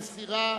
מסירה.